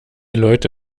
leute